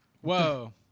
Whoa